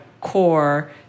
core